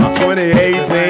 2018